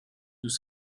nous